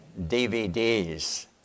DVDs